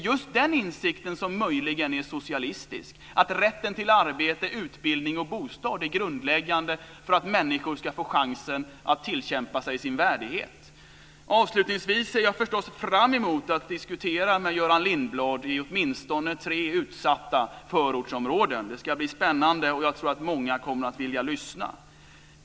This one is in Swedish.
Just den insikten är möjligen socialistisk - att rätten till arbete, utbildning och bostad är grundläggande för att människor ska få chansen att tillkämpa sig sin värdighet. Avslutningsvis ser jag förstås fram emot att diskutera med Göran Lindblad i åtminstone tre utsatta förortsområden. Det ska bli spännande, och jag tror att många kommer att vilja lyssna.